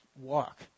walk